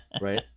right